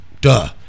Duh